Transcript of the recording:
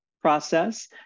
process